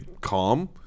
calm